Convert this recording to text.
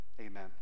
amen